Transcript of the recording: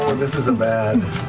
this is a bad.